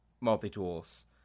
multi-tools